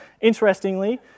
Interestingly